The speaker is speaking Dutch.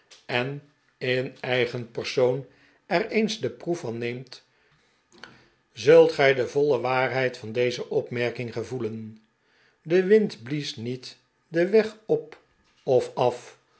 en in eigen persoon er eens de proef van neemt zult gij de voile waarheid van deze opmerking gevoelen de wind blies niet den weg op of af